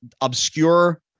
obscure